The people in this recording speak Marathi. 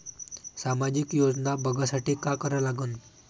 सामाजिक योजना बघासाठी का करा लागन?